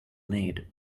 need